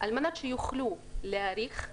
על מנת שיוכלו להעריך,